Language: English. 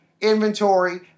inventory